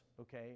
okay